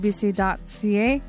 CBC.ca